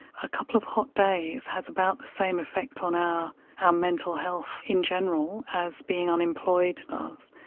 a couple of hot days has about the same effect on our um mental health in general as being unemployed does,